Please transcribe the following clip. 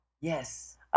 Yes